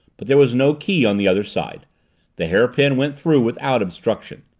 but there was no key on the other side the hairpin went through without obstruction.